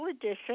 edition